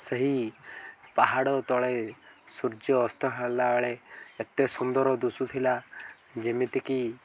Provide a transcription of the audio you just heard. ସେହି ପାହାଡ଼ ତଳେ ସୂର୍ଯ୍ୟ ଅସ୍ତ ହେଲାବେେଳେ ଏତେ ସୁନ୍ଦର ଦୁଷୁ ଥିଲା ଯେମିତିକି